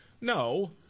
No